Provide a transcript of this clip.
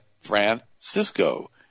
francisco